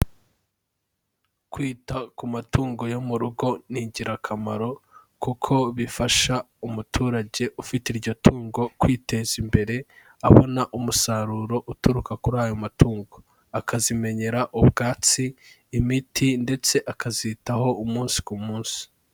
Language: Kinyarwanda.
Kwita ku matungo yo mu rugo ni ingirakamaro kuko bifasha umuturage ufite iryo tungo kwiteza imbere, abona umusaruro uturuka kuri ayo matungo. Akazimenyera ubwatsi, imiti ndetse akazitaho umunsi ku munsi.